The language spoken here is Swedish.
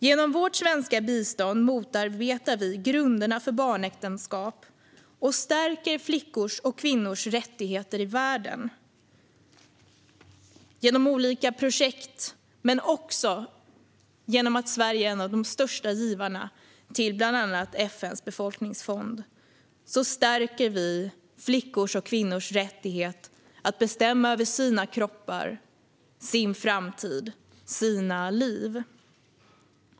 Genom vårt svenska bistånd motarbetar vi grunderna för barnäktenskap och stärker flickors och kvinnors rättigheter i världen. Genom olika projekt men också genom att Sverige är en av de största givarna till bland annat FN:s befolkningsfond stärker vi flickors och kvinnors rättighet att bestämma över sina kroppar, sin framtid och sina liv.